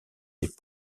des